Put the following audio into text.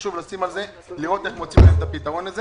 וחשוב לראות איך מוצאים פתרון לזה,